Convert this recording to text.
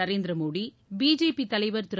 Narendra Modi BJP தலைவர் திரு